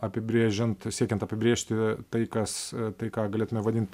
apibrėžiant siekiant apibrėžti tai kas tai ką galėtume vadint